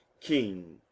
king